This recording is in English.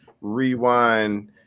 rewind